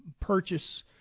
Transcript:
purchase